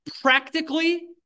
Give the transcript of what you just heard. Practically